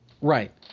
Right